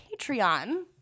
Patreon